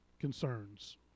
concerns